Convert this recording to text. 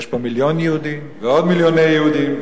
יש פה מיליון יהודים ועוד מיליוני יהודים,